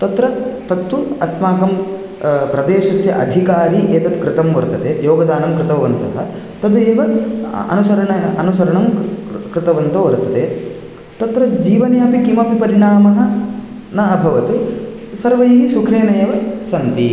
तत्र तत्तु अस्माकं प्रदेशस्य अधिकारी एतत् कृतं वर्तते योगदानं कृतवन्तः तदेव अनुसरण अनुसरणं कृतवन्तौ वर्तते तत्र जीवने अपि किमपि परिणामः न अभवत् सर्वैः सुखेनैव सन्ति